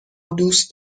دوست